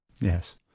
Yes